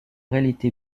réalité